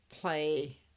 play